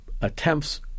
attempts